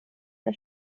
der